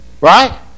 right